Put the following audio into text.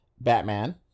Batman